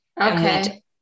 Okay